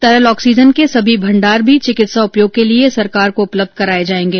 तरल ऑक्सीजन के सभी भंडार भी चिकित्सा उपयोग के लिए सरकार को उपलब्ध कराए जाएंगे